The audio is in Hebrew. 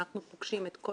אנחנו פוגשים את כל